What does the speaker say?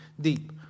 deep